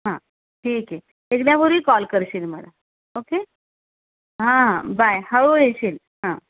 हा ठीक आहे निघण्यापूर्वी कॉल करशील मला ओके हा हा बाय हळू येशील हा